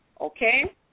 okay